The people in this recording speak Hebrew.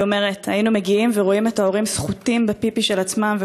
היא אומרת: היינו מגיעים ורואים את ההורים סחוטים בפיפי של עצמם,